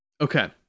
Okay